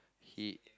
he